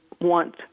want